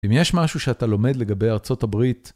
אם יש משהו שאתה לומד לגבי ארצות הברית